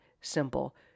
simple